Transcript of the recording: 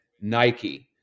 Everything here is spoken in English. Nike